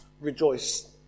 rejoice